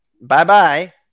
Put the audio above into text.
bye-bye